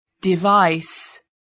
device